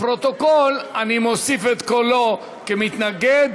לפרוטוקול אני מוסיף את קולו כמתנגד,